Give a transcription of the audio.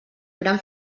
gran